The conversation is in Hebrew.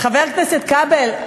חבר הכנסת כבל,